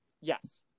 Yes